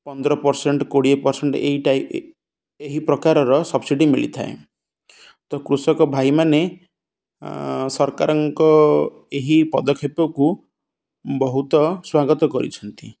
ପନ୍ଦର ପର୍ସେଣ୍ଟ୍ କୋଡ଼ିଏ ପର୍ସେଣ୍ଟ୍ ଏହି ଟାଇପ୍ ଏହି ପ୍ରକାରର ସବ୍ସିଡ଼ି ମିଳିଥାଏ ତ କୃଷକ ଭାଇମାନେ ସରକାରଙ୍କ ଏହି ପଦକ୍ଷେପକୁ ବହୁତ ସ୍ଵାଗତ କରିଛନ୍ତି